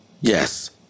Yes